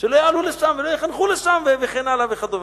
שלא יעלו לשם ולא יחנכו לשם, וכן הלאה, וכדומה.